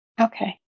Okay